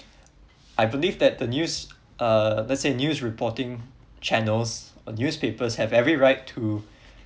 I believe that the news uh let's say news reporting channels or newspapers have every right to